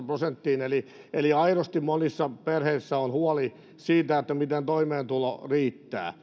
prosenttiin eli eli aidosti monissa perheissä on huoli siitä miten toimeentulo riittää